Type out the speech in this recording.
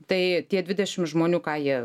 tai tie dvidešim žmonių ką jie